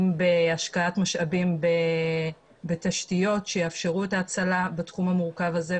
אם בהשקעת משאבים בתשתיות - שיאפשרו את ההצלה בתחום המורכב הזה,